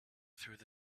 through